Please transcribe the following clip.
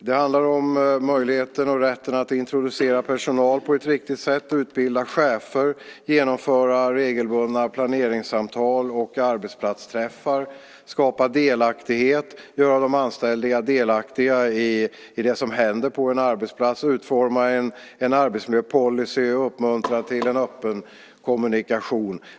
Det handlar om möjligheten och rätten att på ett riktigt sätt introducera personal, utbilda chefer, genomföra regelbundna planeringssamtal och arbetsplatsträffar, skapa delaktighet genom att göra de anställda delaktiga i det som händer på arbetsplatsen, utforma en arbetsmiljöpolicy samt uppmuntra till en öppen kommunikation.